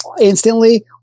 instantly